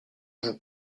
vous